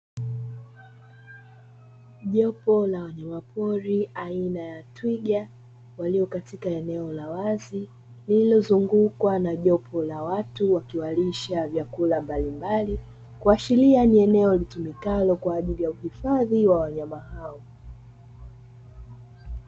Jopo la wanyama pori aina ya twiga waliopo eneo la wazi, lililozungukwa na watu wakiwalisha vyakula mbalimbali. Kuashiria kuwa ni eneo litumikalo kwa ajili ya uhifadhi wa wanyama hao.